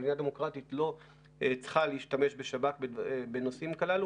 מדינה דמוקרטית לא צריכה להשתמש בשב"כ בנושאים כאלה.